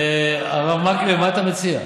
הרב מקלב, מה אתה מציע?